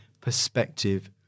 perspective